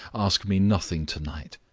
ask me nothing to-night.